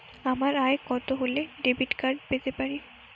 আমার আয় কত হলে ডেবিট কার্ড পেতে পারি?